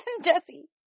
Jesse